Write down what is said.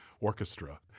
orchestra